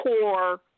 core